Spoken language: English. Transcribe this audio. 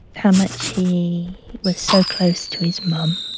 how much he was so close to his mum.